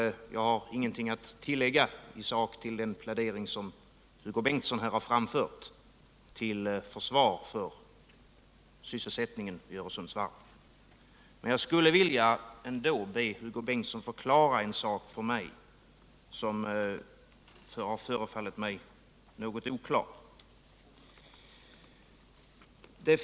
Jag har ingenting i sak att tillägga till den plädering som Hugo Bengtsson har framfört till försvar för sysselsättningen vid Öresundsvarvet, men jag skulle ändå vilja be honom förklara en sak som har förefallit mig något oklar.